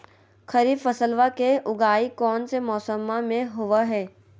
खरीफ फसलवा के उगाई कौन से मौसमा मे होवय है?